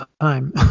time